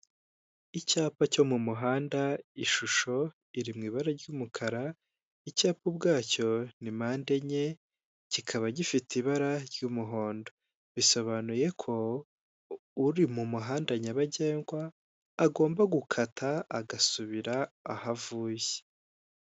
Icyapa cyo mu muhanda, ishusho iri mu ibara ry'umukara, icyapa ubwacyo ni mpande enye, kikaba gifite ibara ry'umuhondo. Bisobanuye ko uri mu muhanda nyabagendwa, agomba gukata, agasubira aho avuye.